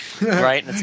right